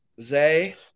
Zay